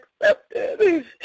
accepted